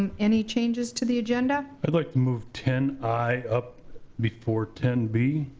um any changes to the agenda? i'd like to move ten i up before ten b.